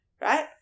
right